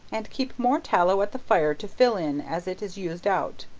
and keep more tallow at the fire to fill in as it is used out,